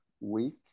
week